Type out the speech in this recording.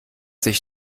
sich